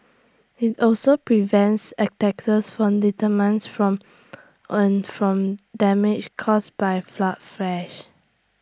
IT also prevents attacks from termites from an from damage caused by flood fresh